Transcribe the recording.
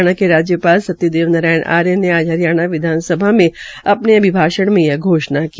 हरियाणा के राज्यपाल सत्यदेव नारायण आर्य ने आज हरियाणा विधानसभा में आज अपने अभिभाषण में यह घोषणा की